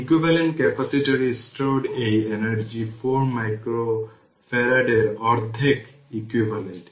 equivalent ক্যাপাসিটরে stored এই energy 4 মাইক্রোফ্যারাডের অর্ধেক ইকুইভ্যালেন্ট